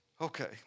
Okay